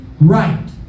right